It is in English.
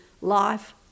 life